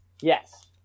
Yes